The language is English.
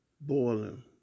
boiling